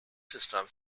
system